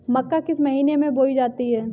मक्का किस महीने में बोई जाती है?